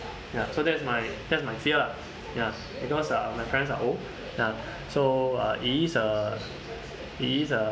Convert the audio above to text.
ya so that's my that's my fear lah ya because uh my parents are old ya so uh it is a it is a